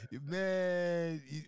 Man